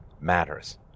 matters